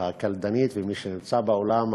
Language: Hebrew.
הקלדנית ומי שנמצא באולם,